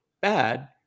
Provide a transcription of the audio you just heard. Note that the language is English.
bad